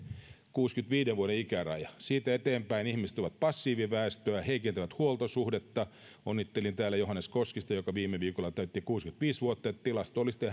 kuudenkymmenenviiden vuoden ikäraja siitä eteenpäin ihmiset ovat passiiviväestöä heikentävät huoltosuhdetta onnittelin täällä johannes koskista joka viime viikolla täytti kuusikymmentäviisi vuotta että tilastollisesti